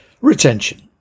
Retention